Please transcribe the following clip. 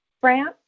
France